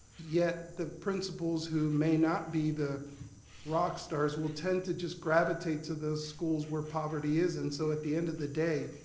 yet the principals who may not be the rock stars will tend to just gravitate to those schools where poverty is. and so at the end of the day,